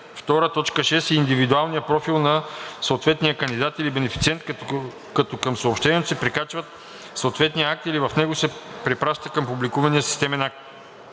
т. 6 в индивидуалния профил на съответния кандидат или бенефициент, като към съобщението се прикачва съответният акт или в него се препраща към публикувания в системата акт.